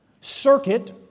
circuit